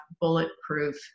bulletproof